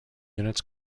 units